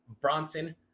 Bronson